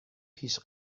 پیش